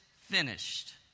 finished